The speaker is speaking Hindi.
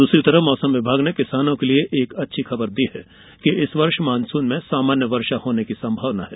दूसरी ओर मौसम विभाग ने किसानों के लिए एक अच्छी खबर दी है कि इस वर्ष मॉनसून में सामान्य वर्षा होने की संभावना है